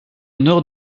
nord